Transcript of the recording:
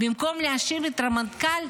במקום להאשים את הרמטכ"ל,